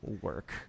work